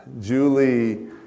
Julie